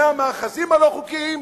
מהמאחזים הלא-חוקיים,